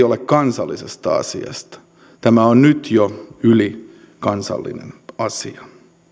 ole kansallisesta asiasta tämä on nyt jo ylikansallinen asia